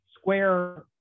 square